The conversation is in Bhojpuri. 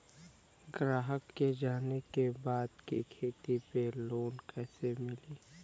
ग्राहक के जाने के बा की खेती पे लोन कैसे मीली?